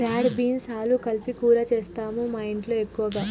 broad beans ఆలు కలిపి కూర చేస్తాము మాఇంట్లో ఎక్కువగా